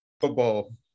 Football